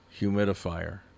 humidifier